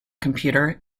computer